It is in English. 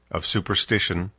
of superstition,